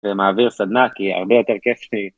ומעביר סדנה, כי הרבה יותר כיף שהיא.